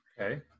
Okay